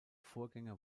vorgänger